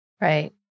Right